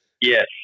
Yes